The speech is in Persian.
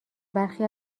برخی